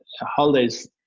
holidays